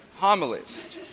homilist